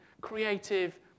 creative